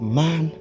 man